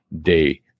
day